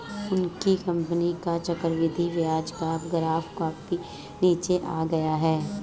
उनकी कंपनी का चक्रवृद्धि ब्याज का ग्राफ काफी नीचे आ गया है